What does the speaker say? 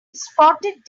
spotted